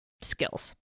skills